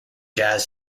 jazz